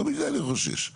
לא מזה אני חושש.